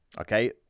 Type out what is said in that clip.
okay